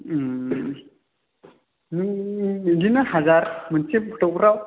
बिदिनो हाजार मोनसे फट'फ्राव